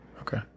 okay